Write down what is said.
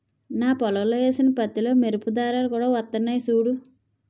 నా పొలంలో ఏసిన పత్తిలో మెరుపు దారాలు కూడా వొత్తన్నయ్ సూడూ